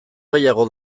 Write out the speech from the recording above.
gehiago